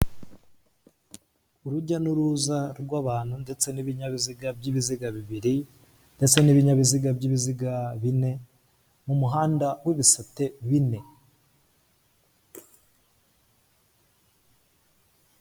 Urujya n'uruza rw'abantu ndetse n'ibinyabiziga by'ibiziga bibiri ndetse n'ibinyabiziga by'ibiziga bine mu muhanda w'ibisate bine.